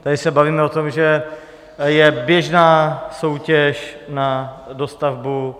Tady se bavíme o tom, že je běžná soutěž na dostavbu.